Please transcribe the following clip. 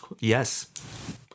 Yes